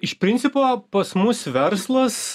iš principo pas mus verslas